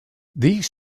these